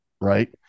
right